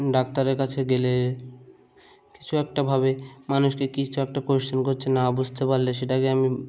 ডাক্তারের কাছে গেলে কিছু একটাভাবে মানুষকে কিছু একটা কোশ্চেন করছে না বুঝতে পারলে সেটাকে আমি